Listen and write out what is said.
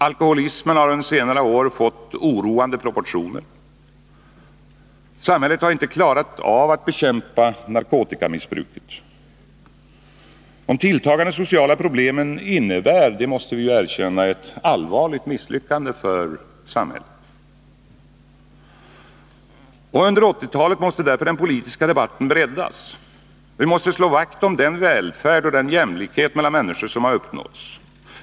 Alkoholismen har under senare år fått oroande proportioner. Samhället har inte klarat av att bekämpa narkotikamissbruket. De tilltagande sociala problemen innebär — det måste vi erkänna — ett allvarligt misslyckande för samhället. Under 1980-talet måste därför den politiska debatten breddas. Vi måste slå vakt om den välfärd och den jämlikhet mellan människor som har uppnåtts.